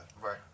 Right